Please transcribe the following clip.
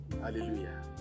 Hallelujah